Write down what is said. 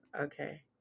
okay